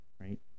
right